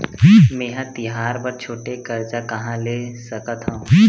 मेंहा तिहार बर छोटे कर्जा कहाँ ले सकथव?